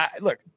Look –